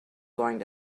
going